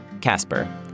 Casper